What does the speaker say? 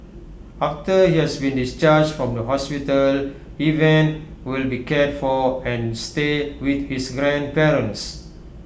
after he has been discharged from the hospital Evan will be cared for and stay with his grandparents